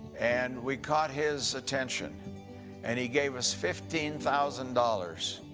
and we caught his attention and he gave us fifteen thousand dollars.